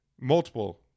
multiple